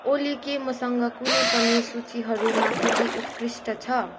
ओली के मसँग कुनै पनि सूचीहरूमा केही उत्कृष्ट छ